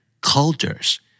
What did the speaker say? cultures